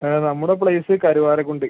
ആ നമ്മുടെ പ്ലേസ് കരുവാരക്കുണ്ട്